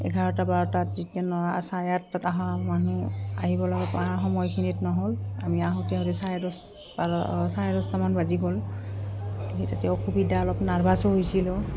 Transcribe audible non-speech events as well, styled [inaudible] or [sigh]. এঘাৰটা বাৰটাত যেতিয়া [unintelligible] চাৰে আঠটাত অহা মানুহ আহিব লগা পৰা সময়খিনিত নহ'ল আমি আহোঁতে আহোঁতে চাৰে দহ বাৰ চাৰে দছটামান বাজি গ'ল তেতিয়া অসুবিধা অলপ নাৰ্ভাছো হৈছিলোঁ